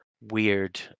weird